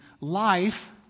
life